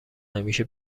همیشه